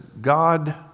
God